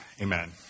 Amen